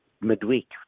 midweek